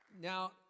now